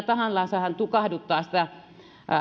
tahansa hän tukahduttaa sitä